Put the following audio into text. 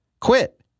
Quit